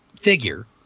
figure